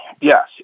yes